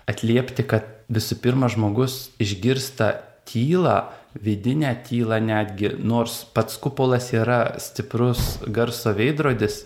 atliepti kad visų pirma žmogus išgirsta tylą vidinę tylą netgi nors pats kupolas yra stiprus garso veidrodis